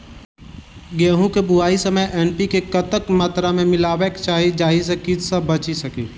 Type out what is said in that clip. गेंहूँ केँ बुआई समय एन.पी.के कतेक मात्रा मे मिलायबाक चाहि जाहि सँ कीट सँ बचि सकी?